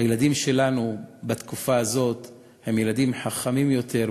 הילדים שלנו בתקופה הזאת הם ילדים חכמים יותר,